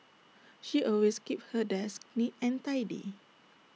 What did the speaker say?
she always keeps her desk neat and tidy